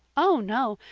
oh, no,